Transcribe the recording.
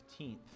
15th